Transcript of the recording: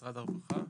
משרד הרווחה,